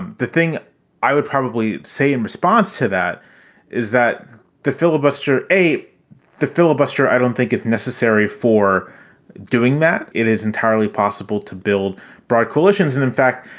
the thing i would probably say in response to that is that the filibuster, a filibuster. i don't think it's necessary for doing that. it is entirely possible to build broad coalitions. and in fact,